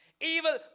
evil